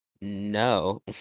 No